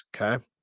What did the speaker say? Okay